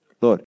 Lord